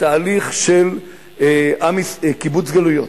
התהליך של קיבוץ גלויות,